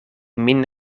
min